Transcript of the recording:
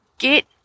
Get